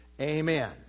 Amen